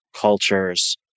cultures